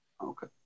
Okay